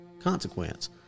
consequence